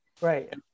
Right